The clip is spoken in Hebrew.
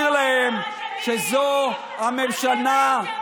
ממש עדינים.